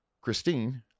Christine